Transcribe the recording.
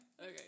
Okay